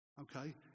Okay